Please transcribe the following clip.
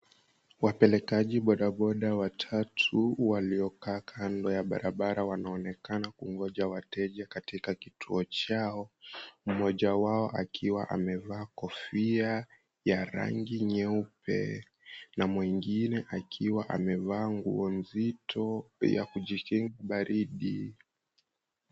Wapelekaji boda boda watatu waliokaa kando ya barabara wanaonekana kungoja wateja katika kituo chao. Mmoja wao akiwa amevaa kofia ya rangi nyeupe na mwengine akiwa amevaa nguo nzito ya kujikinga baridi.